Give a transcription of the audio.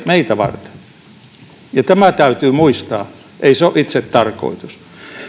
meitä varten tämä täytyy muistaa ei se ole itsetarkoitus